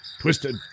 twisted